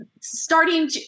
starting